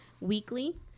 weekly